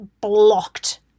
blocked